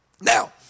Now